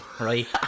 right